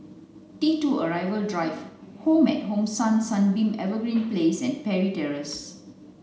T two Arrival Drive Home at Hong San Sunbeam Evergreen Place and Parry Terrace